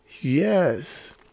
Yes